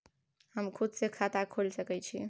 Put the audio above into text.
हम खुद से खाता खोल सके छीयै?